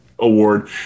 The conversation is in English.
award